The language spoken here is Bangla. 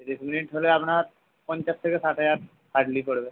তিরিশ মিনিট হলে আপনার পঞ্চাশ থেকে ষাট হাজার হার্ডলি পড়বে